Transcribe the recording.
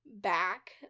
back